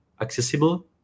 accessible